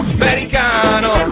americano